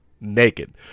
naked